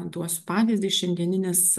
duosiu pavyzdį šiandieninis